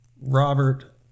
Robert